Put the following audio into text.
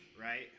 right